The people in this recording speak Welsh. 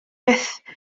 byth